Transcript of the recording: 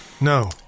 no